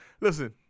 Listen